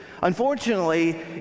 unfortunately